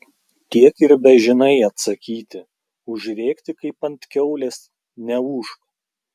tiek ir bežinai atsakyti užrėkti kaip ant kiaulės neūžk